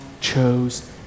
chose